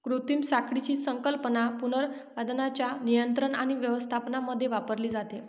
कृत्रिम साखळीची संकल्पना पुनरुत्पादनाच्या नियंत्रण आणि व्यवस्थापनामध्ये वापरली जाते